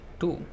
two